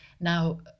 Now